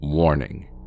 Warning